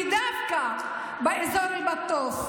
ודווקא באזור אל-בטוף,